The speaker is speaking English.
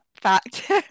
fact